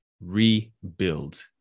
Rebuild